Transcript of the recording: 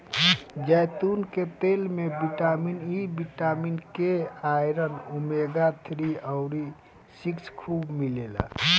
जैतून के तेल में vitamin E, vitamin K, iron, omega three अउरी सिक्स खूब मिलेला